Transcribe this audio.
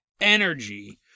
energy